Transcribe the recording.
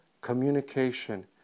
communication